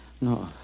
No